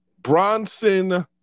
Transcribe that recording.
Bronson